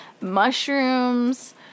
mushrooms